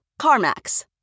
CarMax